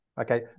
Okay